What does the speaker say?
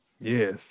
Yes